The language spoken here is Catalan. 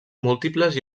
múltiples